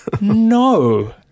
no